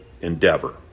endeavor